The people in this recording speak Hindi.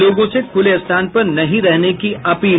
लोगों से खुले स्थान पर नहीं रहने की अपील